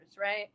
Right